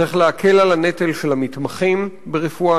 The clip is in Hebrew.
צריך להקל על הנטל של המתמחים ברפואה,